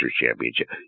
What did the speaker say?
Championship